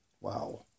wow